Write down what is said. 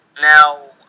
Now